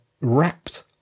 wrapped